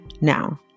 now